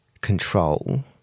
control